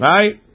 Right